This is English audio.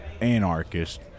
anarchist